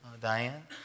Diane